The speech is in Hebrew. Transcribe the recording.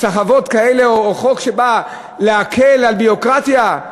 סַחבות כאלה, או חוק שבא להקל על ביורוקרטיה?